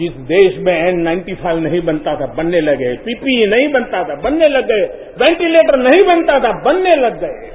जिस देश में एन ॐ नहीं बनता था बनने लगे पीपीई नहीं बनता था बनने लग गये वेंटीलेटर नहीं बनता था बनने लग गयें